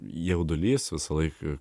jaudulys visą laiką